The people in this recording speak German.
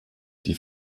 die